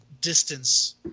distance